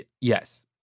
Yes